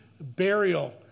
burial